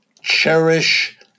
cherish